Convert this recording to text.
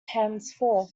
henceforth